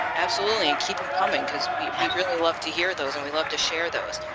absolutely and keep them coming because we really love to hear those and we love to share those.